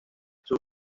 sus